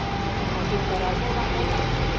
मधुमक्खी पराग से जियेले